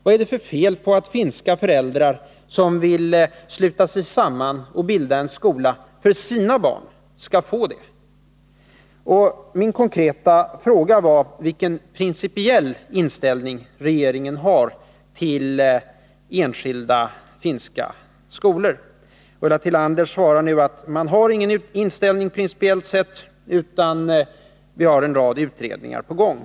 Vad är det för fel i att finska föräldrar, som vill sluta sig samman och bilda en skola för sina barn. skall få göra det? Min konkreta fråga gällde vilken principiell inställning regeringen har till enskilda enspråkiga skolor. Ulla Tillander svarar att regeringen inte nu kan redovisa någon principiell inställning och hänvisar till att en rad utredningar äri gång.